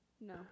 No